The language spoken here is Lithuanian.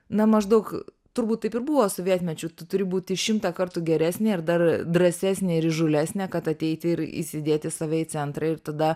na maždaug turbūt taip ir buvo sovietmečiu tu turi būti šimtą kartų geresnė ir dar drąsesnė ir įžūlesnė kad ateiti ir įsidėti save į centrą ir tada